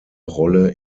rolle